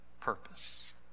purpose